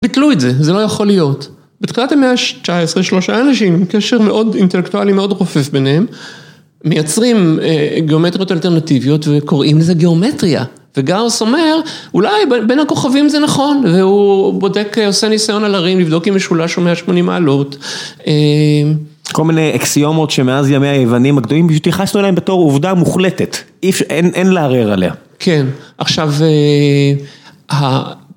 בטלו את זה, זה לא יכול להיות. בתחילת המאה ה-19, שלושה אנשים, עם קשר מאוד אינטלקטואלי, מאוד רופף ביניהם, מייצרים גיאומטריות אלטרנטיביות וקוראים לזה גיאומטריה, וגאוס אומר, אולי בין הכוכבים זה נכון, והוא בודק, עושה ניסיון על הרים, לבדוק אם משולש הוא מאה שמונים מעלות. כל מיני אקסיומות שמאז ימי היוונים הקדומים, פשוט התייחסנו אליהן בתור עובדה מוחלטת, אי אפשר, אין לערער עליה. כן, עכשיו,